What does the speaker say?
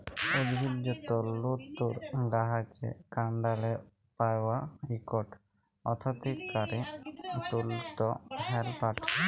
উদ্ভিজ্জ তলতুর গাহাচের কাল্ডলে পাউয়া ইকট অথ্থকারি তলতু হ্যল পাট